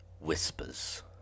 whispers